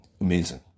Amazing